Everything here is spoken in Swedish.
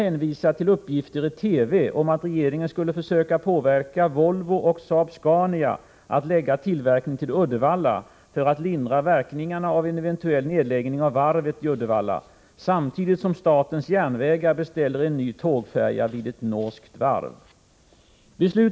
Enligt samma källa uppgavs att regeringen nu försöker påverka Volvo och Saab-Scania att förlägga tillverkningen till Uddevalla för att lindra verkningarna av en eventuell nedläggning av varvet i Uddevalla till följd av minskade nya beställningar.